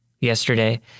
Yesterday